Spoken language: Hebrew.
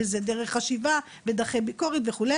זו דרך חשיבה ודרכי ביקורת וכו'.